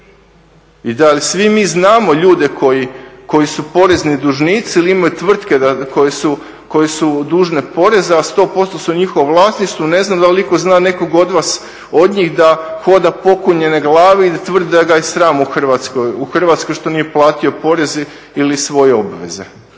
i da li svi mi znamo ljude koji su porezni dužnici ili imaju tvrtke koje su dužne poreze, a 100% su u njihovom vlasništvu, ne znam da li netko zna od vas od njih da hoda pokunjene glave i da tvrdi da ga je sram u Hrvatskoj što nije platio porez ili svoje obveze?